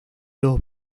los